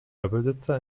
doppelsitzer